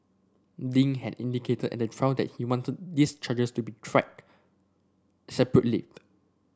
Ding had indicated at the trial that he wanted these charges to be tried separately